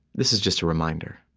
this is just a reminder.